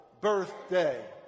birthday